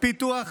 פיתוח